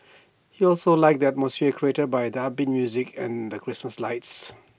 he also liked the atmosphere created by the upbeat music and the Christmas lights